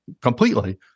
completely